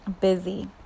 Busy